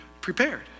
prepared